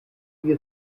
die